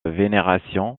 vénération